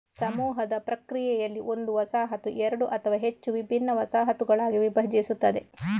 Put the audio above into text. ಸಮೂಹದ ಪ್ರಕ್ರಿಯೆಯಲ್ಲಿ, ಒಂದು ವಸಾಹತು ಎರಡು ಅಥವಾ ಹೆಚ್ಚು ವಿಭಿನ್ನ ವಸಾಹತುಗಳಾಗಿ ವಿಭಜಿಸುತ್ತದೆ